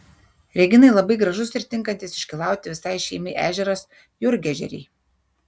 reginai labai gražus ir tinkantis iškylauti visai šeimai ežeras jurgežeriai